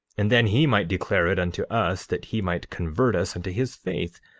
and then he might declare it unto us, that he might convert us unto his faith,